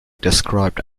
described